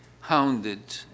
hounded